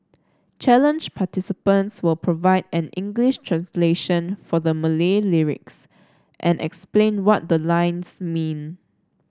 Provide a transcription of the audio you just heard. challenge participants will provide an English translation for the Malay lyrics and explain what the lines mean